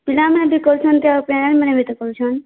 ପିଲାମାନେ ବି କରୁଛନ୍ତି ଆଉ ପ୍ୟାରେଣ୍ଟ୍ମାନେ ବି କରୁଛନ୍